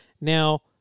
Now